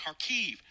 Kharkiv